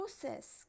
process